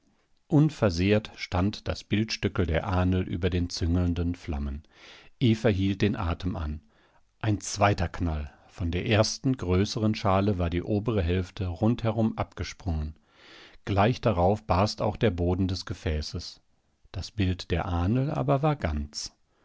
unversehrt stand das bildstöckl der ahnl über den züngelnden flammen eva hielt den atem an ein zweiter knall von der ersten größeren schale war die obere hälfte rundherum abgesprungen gleich darauf barst auch der boden des gefäßes das bild der ahnl aber war ganz